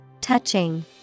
Touching